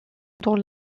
dans